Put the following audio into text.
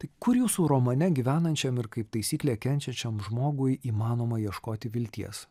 tai kur jūsų romane gyvenančiam ir kaip taisyklė kenčiančiam žmogui įmanoma ieškoti vilties